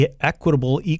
equitable